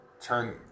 turn